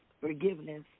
forgiveness